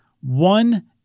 one